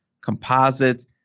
composite